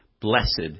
Blessed